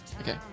Okay